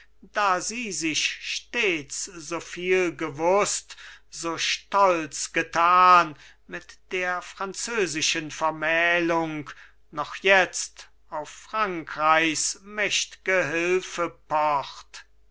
da sie sich stets so viel gewußt so stolz getan mit der französischen vermählung noch jetzt auf frankreichs mächt'ge hilfe pocht